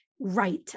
Right